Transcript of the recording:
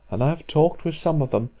and i have talked with some of them,